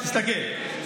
תסתכל.